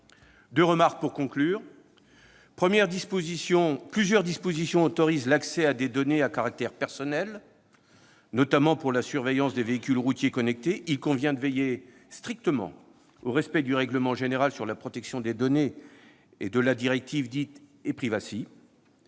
deux remarques pour conclure. Premièrement, plusieurs dispositions autorisent l'accès à des données à caractère personnel, notamment pour la surveillance des véhicules routiers connectés. Il convient de veiller strictement au respect du règlement général sur la protection des données et de la directive dite ePrivacy.